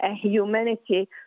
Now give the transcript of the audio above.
humanity